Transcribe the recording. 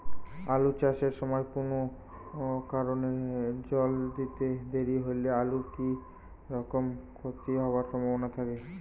আলু চাষ এর সময় কুনো কারণে জল দিতে দেরি হইলে আলুর কি রকম ক্ষতি হবার সম্ভবনা থাকে?